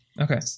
Okay